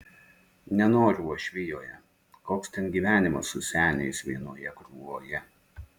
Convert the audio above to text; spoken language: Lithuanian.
nenoriu uošvijoje koks ten gyvenimas su seniais vienoje krūvoje